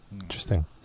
interesting